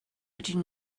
ydyn